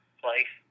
place